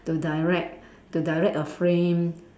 to direct to direct a film